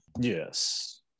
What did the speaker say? yes